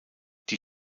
die